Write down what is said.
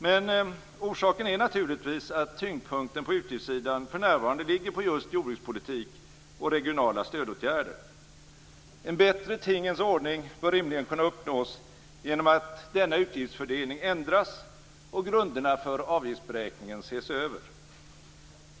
Men orsaken är naturligtvis att tyngdpunkten på utgiftssidan för närvarande ligger på just jordbrukspolitik och regionala stödåtgärder. En bättre tingens ordning bör rimligen kunna uppnås genom att denna utgiftsfördelning ändras och grunder för avgiftsberäkningen ses över.